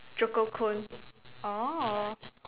choco cone oh